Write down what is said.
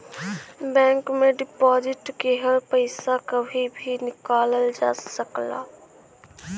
bank में deposit किहल पइसा कभी भी निकालल जा सकला